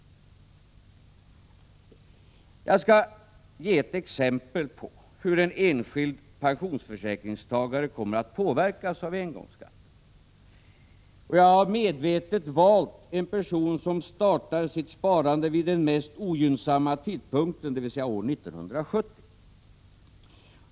7 november 1986 Jag skall ge ett exempel på hur en enskild pensionsförsäkringstagare 4 a or kommer att påverkas av engångsskatten. Jag har medvetet valt en person som startar sitt sparande vid den mest ogynnsamma tidpunkten, dvs. år 1970.